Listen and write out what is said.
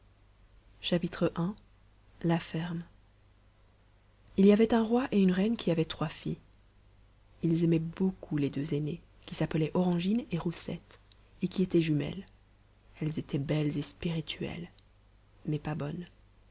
i la ferme il y avait un roi et une reine qui avaient trois filles ils aimaient beaucoup les deux aînées qui s'appelaient orangine et roussette et qui étaient jumelles elles étaient belles et spirituelles mais pas bonnes